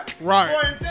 Right